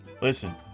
listen